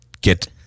get